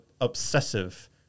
obsessive